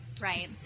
Right